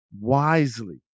wisely